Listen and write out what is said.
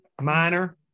minor